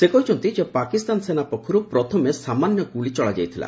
ସେ କହିଛନ୍ତି ଯେ ପାକିସ୍ତାନ ସେନା ପକ୍ଷରୁ ପ୍ରଥମେ ସାମାନ୍ୟ ଗୁଳି ଚଳା ଯାଇଥିଲା